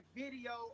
video